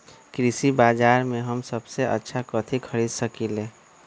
कृषि बाजर में हम सबसे अच्छा कथि खरीद सकींले?